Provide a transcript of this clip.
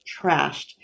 trashed